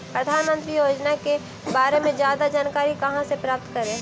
प्रधानमंत्री योजना के बारे में जादा जानकारी कहा से प्राप्त करे?